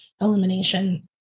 elimination